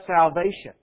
salvation